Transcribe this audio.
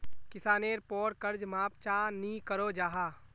किसानेर पोर कर्ज माप चाँ नी करो जाहा?